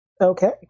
Okay